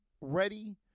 ready